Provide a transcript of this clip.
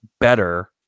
better